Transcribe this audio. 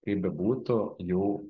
kaip bebūtų jau